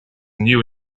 new